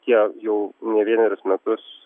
tie jau ne vienerius metus